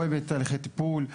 או בתהליכי טיפול.